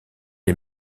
est